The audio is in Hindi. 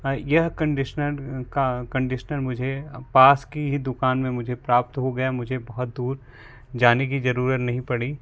यह कंडिशनर का कंडिशनर मुझे पास की ही दुकान में मुझे प्राप्त हो गया मुझे बहुत दूर जाने की ज़रूरत नहीं पड़ी